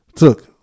look